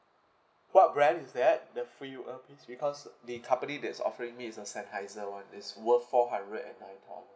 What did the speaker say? what brand is that the free earpiece because the company that's offering me is the sennheiser one it's worth four hundred and nine dollar